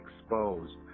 exposed